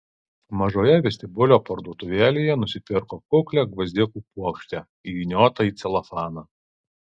mažoje vestibiulio parduotuvėlėje nusipirko kuklią gvazdikų puokštę įvyniotą į celofaną